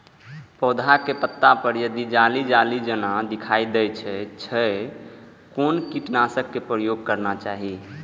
पोधा के पत्ता पर यदि जाली जाली जेना दिखाई दै छै छै कोन कीटनाशक के प्रयोग करना चाही?